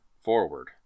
forward